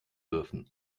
dürfen